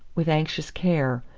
with anxious care,